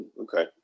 Okay